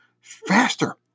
faster